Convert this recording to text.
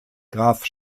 graf